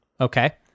okay